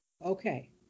Okay